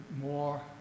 more